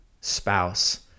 spouse